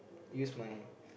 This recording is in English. use my